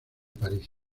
paris